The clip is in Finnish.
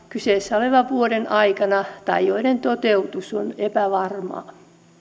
kyseessä olevan vuoden aikana tai joiden toteutus on epävarmaa